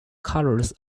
colours